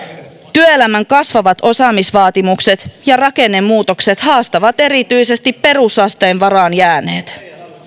työelämän kasvavat osaamisvaatimukset ja rakennemuutokset haastavat erityisesti perusasteen varaan jääneet